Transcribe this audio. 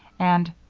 and